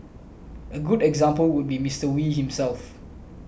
a good example would be Mister Wee himself